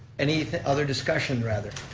any other discussion, rather?